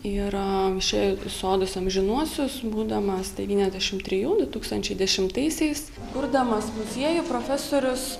ir išėjo į sodus amžinuosius būdamas devyniasdešimt trijų du tūkstančiai dešimtaisiais kurdamas muziejų profesorius